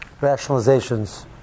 rationalizations